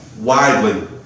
widely